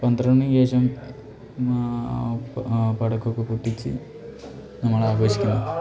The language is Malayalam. പന്ത്രണ്ട് മണിക്കുശേഷം പടക്കമൊക്കെ പൊട്ടിച്ച് നമ്മളാഘോഷിക്കുന്നു